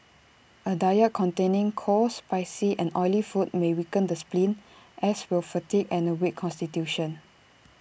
A diet containing cold spicy and oily food may weaken the spleen as will fatigue and A weak Constitution